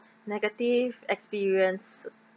negative experiences